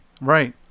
Right